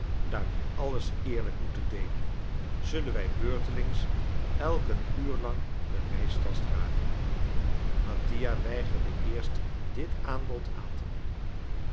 wij alles eerlijk moeten deelen zullen wij beurtelings elk een uur lang de reistasch dragen mattia weigerde eerst dit aanbod aan te nemen